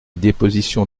déposition